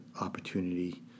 opportunity